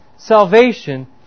Salvation